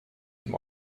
dem